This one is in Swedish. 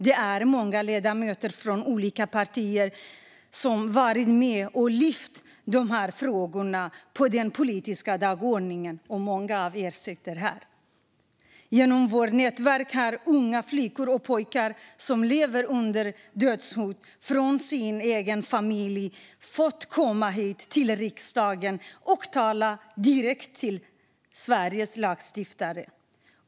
Det är många ledamöter från olika partier som har varit med och lyft de här frågorna på den politiska dagordningen, och många av dem sitter här i dag. Genom vårt nätverk har unga flickor och pojkar som lever under dödshot från sin egen familj fått komma hit till riksdagen och tala direkt till Sveriges lagstiftare.